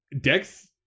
Dex